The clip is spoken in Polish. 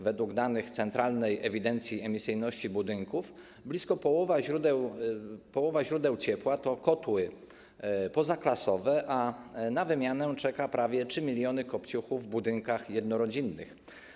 Według danych Centralnej Ewidencji Emisyjności Budynków blisko połowa źródeł ciepła to kotły pozaklasowe, a na wymianę czeka prawie 3 mln kopciuchów w budynkach jednorodzinnych.